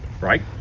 Right